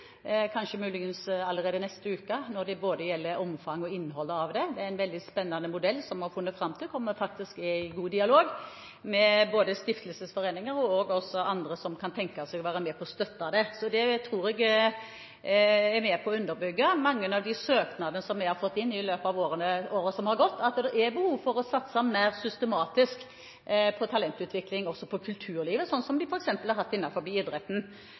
kanskje muligens allerede neste uke, både når det gjelder omfang og innhold. Det er en veldig spennende modell som vi har kommet fram til. Vi er i god dialog med både stiftelsesforeninger og andre som kan tenke seg å være med på å støtte det. Dette er med på å underbygge mange av søknadene som vi har fått inn i løpet av året som har gått, for det er behov for å satse mer systematisk på talentutvikling også innen kulturlivet, slik som man har hatt innenfor f.eks. idretten.